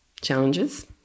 challenges